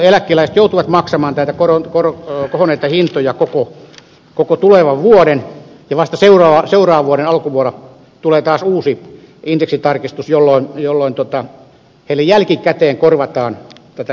eläkeläiset joutuvat maksamaan näitä kohonneita hintoja koko tulevan vuoden ja vasta seuraavan vuoden alkuvuonna tulee taas uusi indeksitarkistus jolloin heille jälkikäteen korvataan tätä hintojen nousua